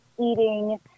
eating